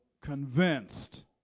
convinced